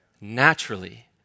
naturally